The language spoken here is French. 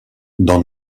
dans